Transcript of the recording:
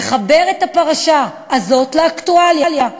ואחבר את הפרשה הזאת לאקטואליה,